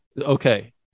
Okay